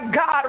God